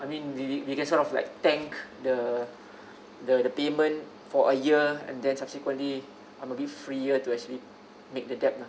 I mean we we can sort of like tank the the the payment for a year and then subsequently I'm a bit free here to actually make the debt lah